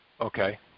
Okay